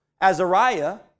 Azariah